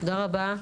תודה רבה.